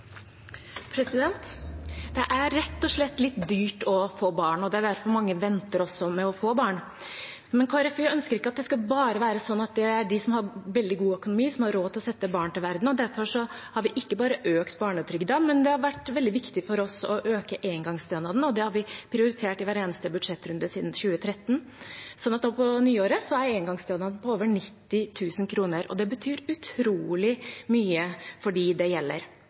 rett og slett litt dyrt å få barn, og det er også derfor mange venter med å få barn. Kristelig Folkeparti ønsker ikke at det skal være sånn at det er bare de som har veldig god økonomi, som har råd til å sette barn til verden. Derfor har vi ikke bare økt barnetrygden, men det har vært veldig viktig for oss å øke engangsstønaden, og det har vi prioritert i hver eneste budsjettrunde siden 2013. Så på nyåret er engangsstønaden på over 90 000 kr. Det betyr utrolig mye for dem det gjelder.